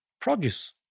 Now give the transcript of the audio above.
produce